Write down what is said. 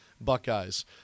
Buckeyes